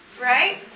right